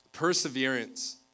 Perseverance